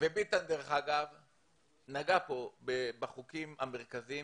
ביטן נגע כאן בחוקים המרכזיים